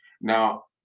Now